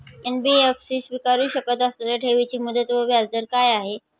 NBFC स्वीकारु शकत असलेल्या ठेवीची मुदत व व्याजदर काय आहे?